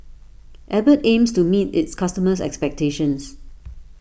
Abbott aims to meet its customers' expectations